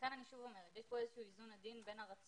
לכן אני שוב אומרת שיש כאן איזשהו איזון עדין בין הרצון